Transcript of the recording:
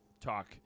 talk